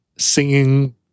Singing